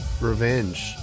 Revenge